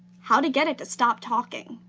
how to get it to stop talking.